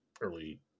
early